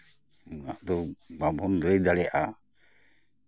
ᱩᱱᱟᱹᱜ ᱫᱚ ᱵᱟᱵᱚᱱ ᱞᱟᱹᱭ ᱫᱟᱲᱮᱭᱟᱜᱼᱟ